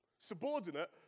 subordinate